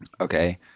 Okay